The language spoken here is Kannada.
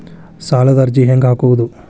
ಸಾಲದ ಅರ್ಜಿ ಹೆಂಗ್ ಹಾಕುವುದು?